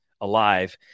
alive